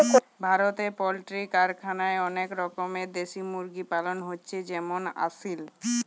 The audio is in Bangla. ভারতে পোল্ট্রি কারখানায় অনেক রকমের দেশি মুরগি পালন হচ্ছে যেমন আসিল